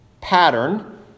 pattern